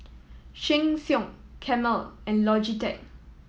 Sheng Siong Camel and Logitech